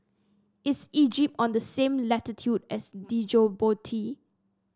is Egypt on the same latitude as Djibouti